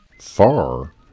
Far